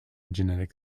genetic